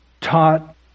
taught